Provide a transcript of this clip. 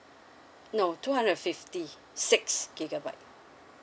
no two hundred and fifty six gigabyte